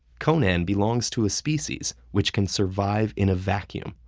conan belongs to a species which can survive in a vacuum,